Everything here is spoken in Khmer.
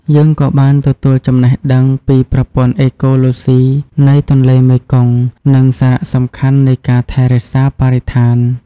យើងក៏បានទទួលចំណេះដឹងពីប្រព័ន្ធអេកូឡូស៊ីនៃទន្លេមេគង្គ និងសារៈសំខាន់នៃការថែរក្សាបរិស្ថាន។